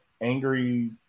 Angry